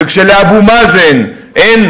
וכשלאבו מאזן אין,